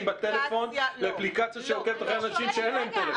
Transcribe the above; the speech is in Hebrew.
בטלפון ואפליקציה שעוקבת אחרי אנשים שאין להם טלפון.